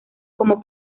como